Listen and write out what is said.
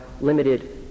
limited